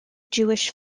jewish